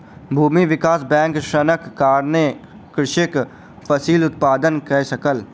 भूमि विकास बैंकक ऋणक कारणेँ कृषक फसिल उत्पादन कय सकल